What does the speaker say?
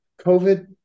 COVID